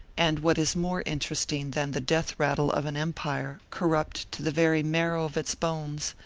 and what is more interesting than the death-rattle of an empire corrupt to the very marrow of its bones,